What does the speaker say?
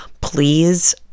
Please